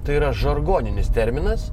tai yra žargoninis terminas